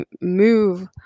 move